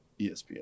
ESPN